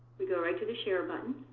we go right to the share button.